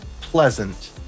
Pleasant